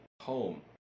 Home